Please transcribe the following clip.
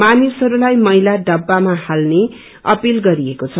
मानिसहरूलाई मैला डब्वामा हाल्ने अपिल गरिएको छ